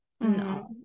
No